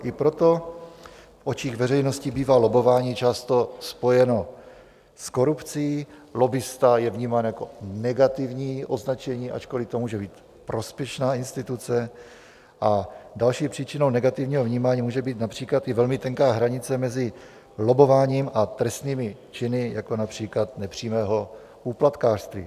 I proto v očích veřejnosti bývá lobbování často spojeno s korupcí, lobbista je vnímán jako negativní označení, ačkoliv to může být prospěšná instituce, a další příčinou negativního vnímání může být například i velmi tenká hranice mezi lobbováním a trestnými činy, jako například nepřímého úplatkářství.